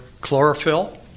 chlorophyll